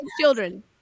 children